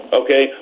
okay